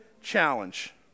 challenge